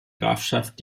grafschaft